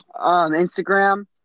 Instagram